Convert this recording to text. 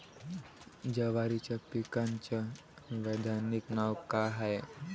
जवारीच्या पिकाचं वैधानिक नाव का हाये?